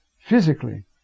physically